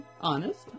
honest